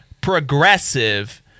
progressive